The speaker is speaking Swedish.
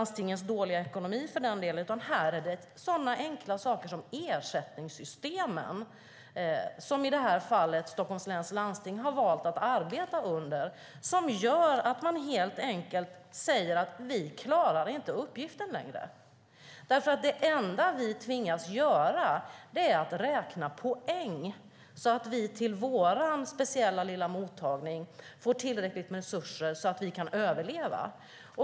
Det handlar om så enkla saker som ersättningssystemen som i det här fallet Stockholms läns landsting har valt att arbeta med och som gör att man helt enkelt säger: Vi klarar inte uppgiften längre, därför att det enda vi tvingas göra är att räkna poäng så att vi till vår speciella lilla mottagning får tillräckligt med resurser för att kunna överleva.